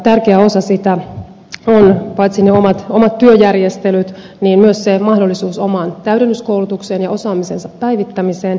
tärkeä osa sitä on paitsi ne omat työjärjestelyt myös mahdollisuus omaan täydennyskoulutukseen ja osaamisensa päivittämiseen